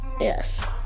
Yes